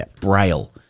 Braille